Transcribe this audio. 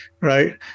right